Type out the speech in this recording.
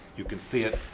you can see it.